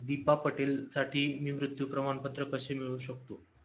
दीपा पटेलसाठी मी मृत्यू प्रमाणपत्र कसे मिळवू शकतो